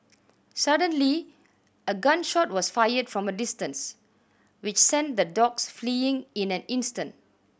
suddenly a gun shot was fired from a distance which sent the dogs fleeing in an instant